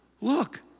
Look